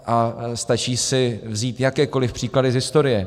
A stačí si vzít jakékoliv příklady z historie.